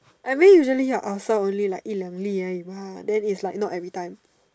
I mean usually your ulcer only like 一两粒而已吗 then it's like not every time